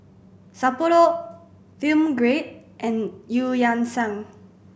Sapporo Film Grade and Eu Yan Sang